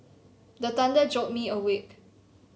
the thunder jolt me awake